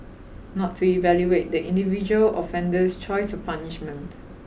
not to evaluate the individual offender's choice of punishment